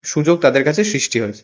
সুযোগ তাদের কাছে সৃষ্টি হয়েছে